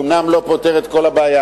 הוא אומנם לא פותר את כל הבעיה,